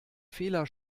fehler